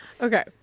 Okay